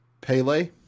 Pele